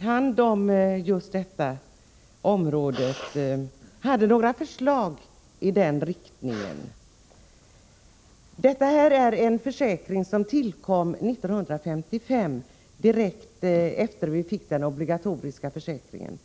hand om detta avsnitt lade fram förslag om höjning. Det gäller är en försäkring som tillkom 1955, i samband med att vi införde den obligatoriska försäkringen.